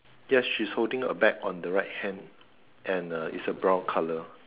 yes she's holding a bag on the right hand and uh it's a brown colour